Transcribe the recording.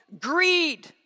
greed